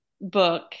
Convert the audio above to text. book